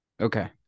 Okay